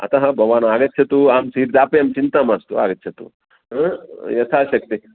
अतः भवान् आगच्छतु अहं सीट् दापयामि चिन्ता मास्तु आगच्छतु यथाशक्ति